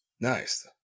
Nice